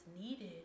needed